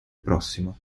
prossimo